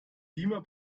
beamer